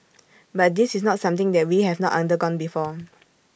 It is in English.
but this is not something that we have not undergone before